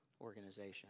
organization